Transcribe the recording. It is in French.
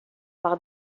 par